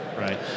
right